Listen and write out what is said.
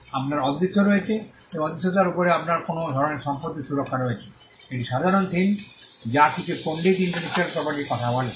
আপনার অদৃশ্য রয়েছে এবং এই অদৃশ্যতার উপরে আপনার কোনও ধরণের সম্পত্তি সুরক্ষা রয়েছে এটি সাধারণ থিম যা কিছু পণ্ডিত ইন্টেলেকচুয়াল প্রপার্টির কথা বলে